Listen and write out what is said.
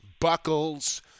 buckles